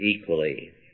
equally